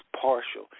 partial